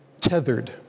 tethered